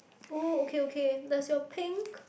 ooh okay okay does your pink